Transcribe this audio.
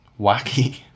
wacky